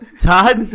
Todd